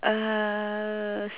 err